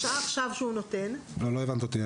לא הבנת אותי.